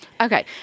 Okay